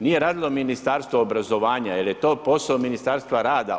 Nije radilo Ministarstvo obrazovanja jer je to posao Ministarstva rada.